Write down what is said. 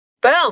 Boom